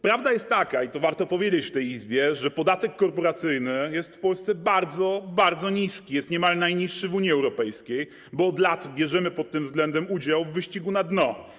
Prawda jest taka, i to warto powiedzieć w tej Izbie, że podatek korporacyjny jest w Polsce bardzo, bardzo niski, jest niemal najniższy w Unii Europejskiej, bo od lat bierzemy pod tym względem udział w wyścigu na dno.